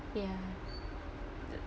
ya